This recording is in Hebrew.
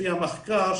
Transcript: לפי המחקר,